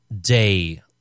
day